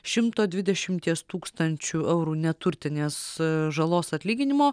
šimto dvidešimties tūkstančių eurų neturtinės žalos atlyginimo